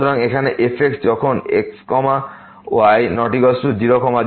সুতরাং এখানে fx যখন x y ≠ 0 0